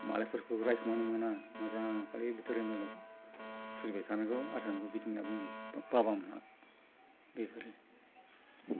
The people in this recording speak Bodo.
मालायफोरखौ रायखुमानो मोना मोजां खालि बोसोन होनांगौ फुजिबाय थानांगौ मोजां बिदि होनना बुङो बाबामोनहा बेफोरो